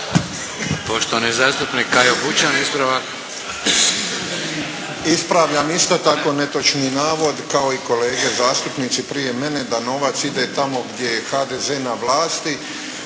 ispravak. **Bućan, Kajo (HDZ)** Ispravljam isto tako netočni navod kao kolege zastupnici prije mene da novac ide tamo gdje je HDZ na vlasti.